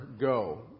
go